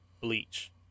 Bleach